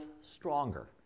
stronger